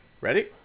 Ready